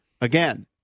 Again